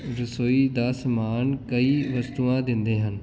ਰਸੋਈ ਦਾ ਸਮਾਨ ਕਈ ਵਸਤੂਆਂ ਦਿੰਦੇ ਹਨ